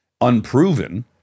unproven